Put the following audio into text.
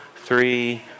three